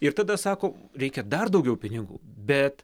ir tada sako reikia dar daugiau pinigų bet